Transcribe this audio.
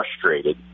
frustrated